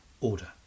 order